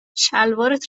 شلوارت